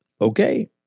Okay